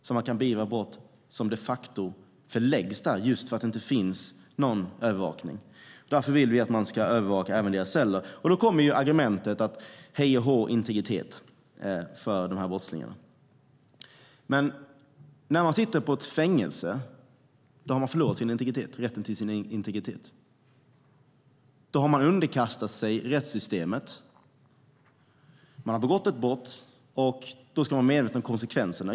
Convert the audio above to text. Då skulle brott kunna beivras som de facto förläggs i cellerna just för att det inte finns någon övervakning. Därför vill vi att även cellerna ska övervakas. Då kommer argumentet: Hej och hå - integritet för brottslingarna. Men när man sitter i fängelse har man förlorat rätten till sin integritet. Då har man underkastat sig rättssystemet. Man har begått ett brott, och då ska man vara medveten om konsekvenserna.